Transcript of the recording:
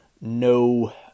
no